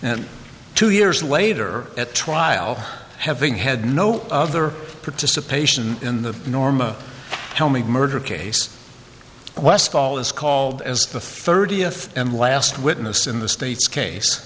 and two years later at trial having had no other participation in the norma helmick murder case westfall is called as the thirtieth and last witness in the state's case